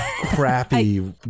Crappy